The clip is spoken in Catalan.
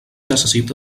necessita